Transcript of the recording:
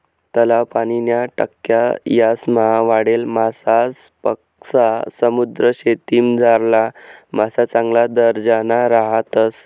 तलाव, पाणीन्या टाक्या यासमा वाढेल मासासपक्सा समुद्रीशेतीमझारला मासा चांगला दर्जाना राहतस